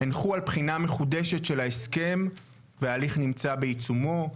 הנחו על בחינה מחודשת של ההסכם וההליך נמצא בעיצומו.